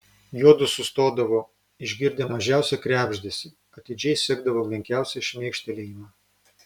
juodu sustodavo išgirdę mažiausią krebždesį atidžiai sekdavo menkiausią šmėkštelėjimą